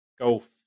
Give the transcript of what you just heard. golf